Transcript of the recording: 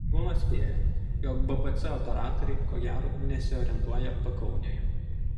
pareigūnas spėjo jog bpc operatoriai ko gero nesiorientuoja pakaunėje